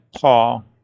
Paul